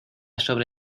sobre